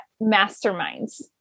masterminds